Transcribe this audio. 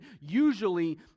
usually